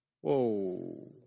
Whoa